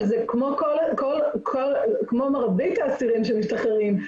אבל זה כמו מרבית האסירים שמשתחררים.